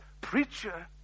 preacher